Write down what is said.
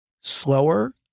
Slower